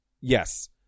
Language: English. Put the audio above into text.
Yes